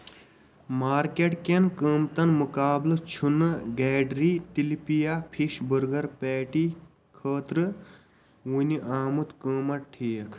market کٮ۪ن قۭمٕتن مُقابلہٕ چھُنہٕ گیڈرِی تِلاپِیا فِش بٔرگر پیٹی خٲطرٕ وُنہِ آمُت قۭمَت ٹھیٖک